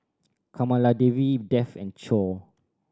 Kamaladevi Dev and Choor